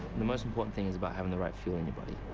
the most important thing is about having the right fuel in your body.